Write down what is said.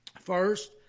First